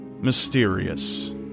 mysterious